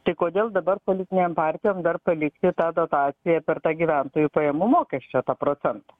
tai kodėl dabar politinėm partijom dar palikti tą dotaciją per tą gyventojų pajamų mokesčio tą procentą